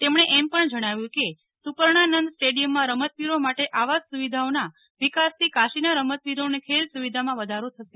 તેમણે એમ પણ જણાવ્યું કે સૂંપર્ણાનંદ સ્ટેડિયમમાં રમતવીરો માટે આવાસ સુવિધાઓના વિકાસથી કાશીના રમતવીરોને ખેલ સુવિધામાં વધારો થશે